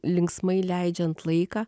linksmai leidžiant laiką